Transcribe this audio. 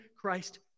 Christ